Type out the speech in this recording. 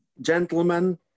gentlemen